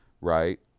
right